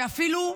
שאפילו,